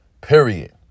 period